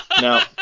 No